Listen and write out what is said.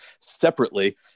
separately